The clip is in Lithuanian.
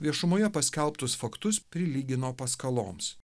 viešumoje paskelbtus faktus prilygino paskaloms